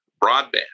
broadband